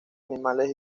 animales